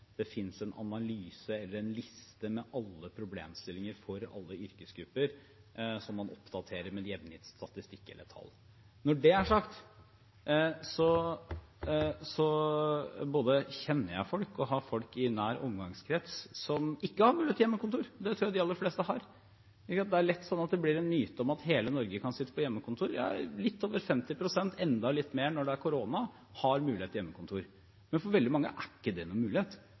det finnes en analyse eller en liste over alle problemstillinger for alle yrkesgrupper som man oppdaterer med jevnlig statistikk eller tall. Når det er sagt, både kjenner jeg folk og har folk i nær omgangskrets som ikke har benyttet hjemmekontor. Det tror jeg de aller fleste har. Det blir lett en myte at hele Norge kan sitte på hjemmekontor. Litt over 50 pst., enda litt mer når det er korona, har mulighet for hjemmekontor. Men for veldig mange er ikke det noen mulighet.